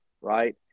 Right